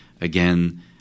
Again